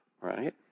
right